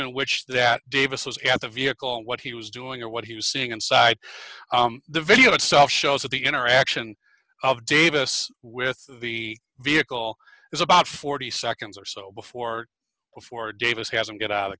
in which that davis was at the vehicle what he was doing or what he was seeing inside the video itself shows that the interaction of davis with the vehicle is about forty seconds or so before before davis has a get out of the